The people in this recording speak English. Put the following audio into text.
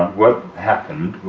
what happened